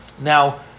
Now